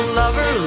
lover